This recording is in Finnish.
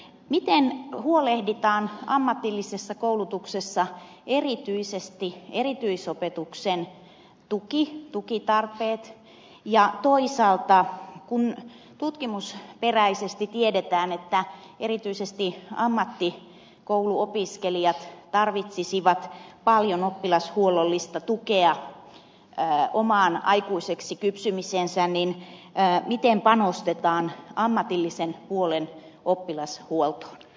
miten huolehditaan ammatillisessa koulutuksessa erityisesti erityisopetuksen tukitarpeista ja toisaalta kun tutkimusperäisesti tiedetään että erityisesti ammattikouluopiskelijat tarvitsisivat paljon oppilashuollollista tukea omaan aikuiseksi kypsymiseensä miten panostetaan ammatillisen puolen oppilashuoltoon